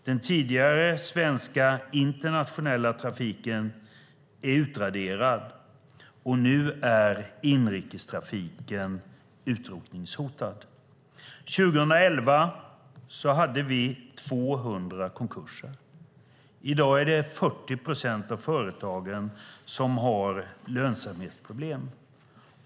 Den tidigare svenska internationella trafiken är utraderad. Nu är inrikestrafiken utrotningshotad. År 2011 hade vi 200 konkurser. I dag har 40 procent av företagen lönsamhetsproblem.